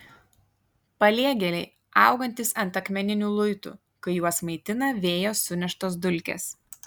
paliegėliai augantys ant akmeninių luitų kai juos maitina vėjo suneštos dulkės